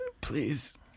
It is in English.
please